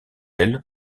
elle